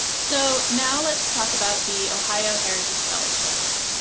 so now let's talk about the ohio heritage fellowships.